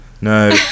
No